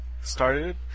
started